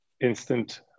instant